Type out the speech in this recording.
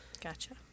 Gotcha